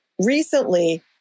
recently